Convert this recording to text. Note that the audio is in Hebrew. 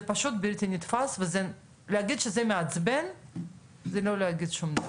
זה פשוט בלתי נתפס ולהגיד שזה מעצבן זה לא להגיד שום דבר.